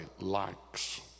likes